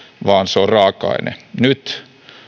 vaan se on raaka aine nyt